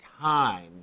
time